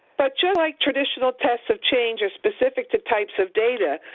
but just like traditional tests of change is specific to types of data,